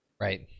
Right